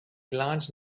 large